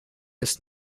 ist